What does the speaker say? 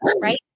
right